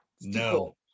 No